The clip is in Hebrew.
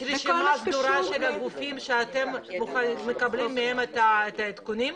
יש רשימה סדורה של הגופים שאתם מקבלים מהם את העדכונים?